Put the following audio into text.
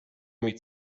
meet